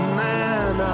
man